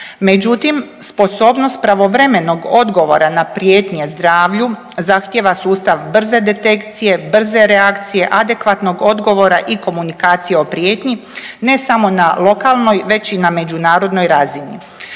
Međutim, sposobnost pravovremenog odgovora na prijetnje zdravlju zahtjeva sustav brze detekcije, brze reakcije, adekvatnog odgovora i komunikacije o prijetnji ne samo na lokalnoj već i na međunarodnoj razini.